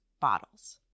bottles